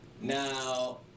Now